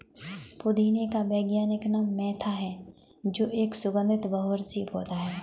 पुदीने का वैज्ञानिक नाम मेंथा है जो एक सुगन्धित बहुवर्षीय पौधा है